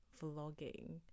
vlogging